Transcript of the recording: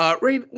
Ray